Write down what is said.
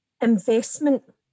investment